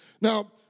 Now